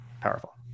powerful